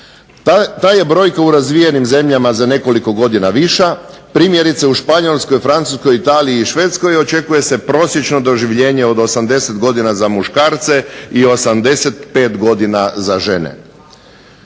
Ta je brojka u razvijenim zemljama za nekoliko godina viša. Primjerice u Španjolskoj, Francuskoj, Italiji i Švedskoj očekuje se prosječno doživljenje od 80 godina za muškarce i 85 godina za žene.